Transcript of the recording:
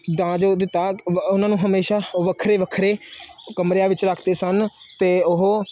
ਤਾਂ ਜੋ ਉਹਦੀ ਤਾਂ ਉਹਨਾਂ ਨੂੰ ਹਮੇਸ਼ਾ ਵੱਖਰੇ ਵੱਖਰੇ ਕਮਰਿਆਂ ਵਿੱਚ ਰੱਖਦੇ ਸਨ ਅਤੇ ਉਹ